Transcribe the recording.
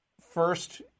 first